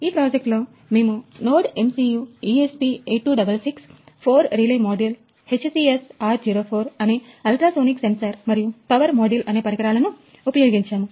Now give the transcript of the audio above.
ఈ ప్రాజెక్టులో మేముNodeMCU ESP8266 four relay module HCSR04 అనే అల్ట్రాసోనిక్ సెన్సార్ మరియు పవర్ మాడ్యూల్ అనే పరికరాలను ఉపయోగించాము